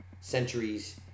centuries